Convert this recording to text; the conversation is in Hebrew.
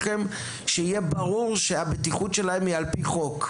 כדי שיהיה ברור שהבטיחות שלהם היא על פי חוק?